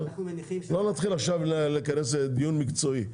לא ניכנס עכשיו לדיון מקצועי.